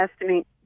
estimate